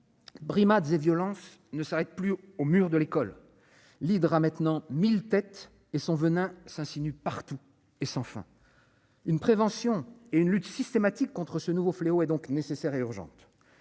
Brimades et violences ne s'arrête plus aux murs de l'école, l'Hydra maintenant 1000 têtes et son venin s'insinue partout et sans fin. Une prévention et une lutte systématique contre ce nouveau fléau est donc nécessaire et urgente,